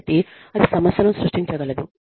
కాబట్టి అది సమస్యను సృష్టించగలదు